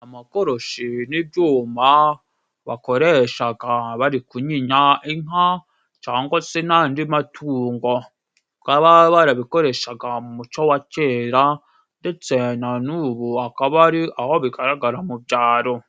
Amakoroshi ni ibyuma bakoreshaga bari kunyinya inka cangwa se n'andi matungo. Bakaba barabikoreshaga mu muco wa kera ndetse na n'ubu hakaba hari aho babikoresha mu byaro.